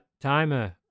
timer